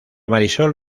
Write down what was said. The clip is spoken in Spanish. marisol